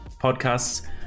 podcasts